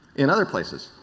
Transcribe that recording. in other places.